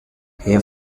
her